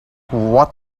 what